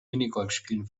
minigolfspielen